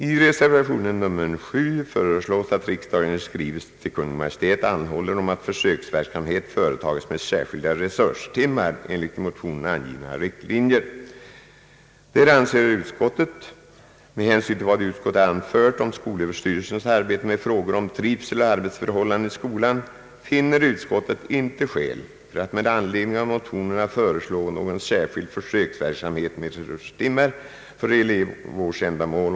I reservation 7 föreslås att riksdagen i skrivelse till Kungl. Maj:t anhåller om att försöksverksamhet företas med särskilda resurstimmar enligt i motionerna angivna riktlinjer. Med hänsyn till vad utskottet anfört om skolöverstyrelsens arbete med frågor om trivseloch arbetsförhållanden i skolan, finner utskottet inte skäl att med anledning av motionerna föreslå någon särskild försöksverksamhet med resurstimmar för elevvårdsändamål.